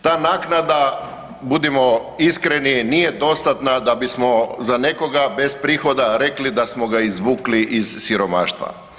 Ta naknada budimo iskreni nije dostatna da bismo za nekoga bez prihoda rekli da smo ga izvukli iz siromaštva.